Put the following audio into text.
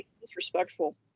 disrespectful